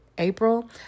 april